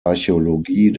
archäologie